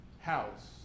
house